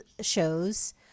shows